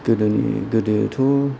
गोदोनि गोदोथ'